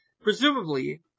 Presumably